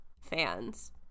fans